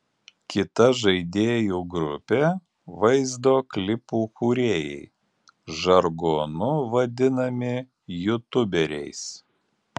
kita žaidėjų grupė vaizdo klipų kūrėjai žargonu vadinami jutuberiais